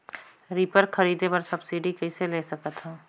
Reaper खरीदे बर subsidy कइसे ले सकथव?